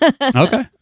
Okay